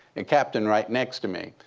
and captain right next to me.